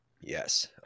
Yes